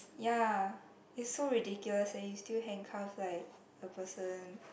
ya it's so ridiculous that you still handcuff like a person